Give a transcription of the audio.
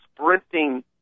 sprinting